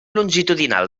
longitudinal